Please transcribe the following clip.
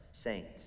saints